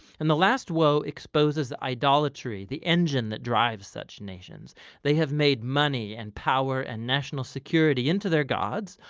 and the last woe exposes the idolatry, the engine that drives such nations they have made money and power and national security into their gods,